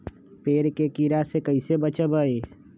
पेड़ के कीड़ा से कैसे बचबई?